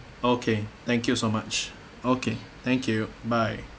okay thank you so much okay thank you bye